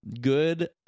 good